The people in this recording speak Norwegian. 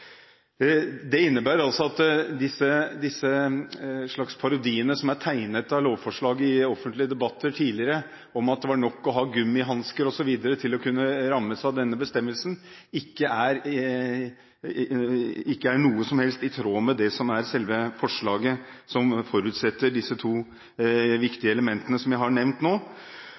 er tegnet av lovforslaget i offentlige debatter tidligere, om at det var nok å ha gummihansker osv. for å bli rammet av denne bestemmelsen, ikke er noe som helst i tråd med det som er selve forslaget, som forutsetter disse to viktige elementene som jeg har nevnt nå.